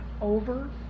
over